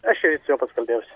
aš šįryt su juo pats kalbėjausi